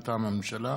מטעם הממשלה,